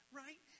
right